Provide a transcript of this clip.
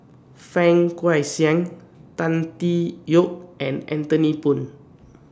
Fang Guixiang Tan Tee Yoke and Anthony Poon